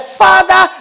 father